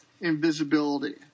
invisibility